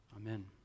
Amen